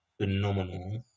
phenomenal